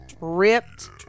ripped